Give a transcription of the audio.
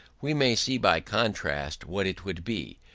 we may see by contrast what it would be,